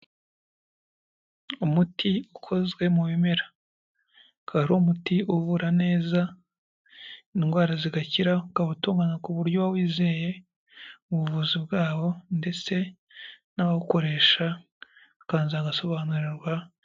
Umuti ukozwe mu bimera, ukaba ari umuti uvura neza indwara zigakira, ukaba utuganywa ku buryo wizeye ubuvuzi bwawo ndetse n'abawukoresha bakabanza bagasobanurirwa.